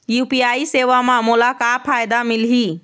UPI सेवा म मोला का फायदा मिलही?